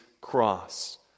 cross